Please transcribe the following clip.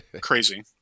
crazy